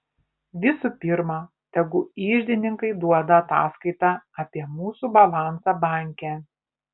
visų pirma tegu iždininkai duoda ataskaitą apie mūsų balansą banke